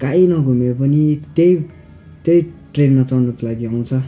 काहीँ नघुमे पनि त्यही त्यही ट्रेनमा चढ्नुको लागि आउँछ